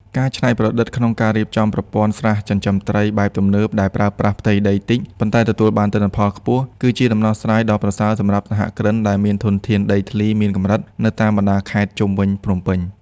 ការច្នៃប្រឌិតក្នុងការរៀបចំប្រព័ន្ធស្រះចិញ្ចឹមត្រីបែបទំនើបដែលប្រើប្រាស់ផ្ទៃដីតិច ប៉ុន្តែទទួលបានទិន្នផលខ្ពស់ គឺជាដំណោះស្រាយដ៏ប្រសើរសម្រាប់សហគ្រិនដែលមានធនធានដីធ្លីមានកម្រិតនៅតាមបណ្ដាខេត្តជុំវិញភ្នំពេញ។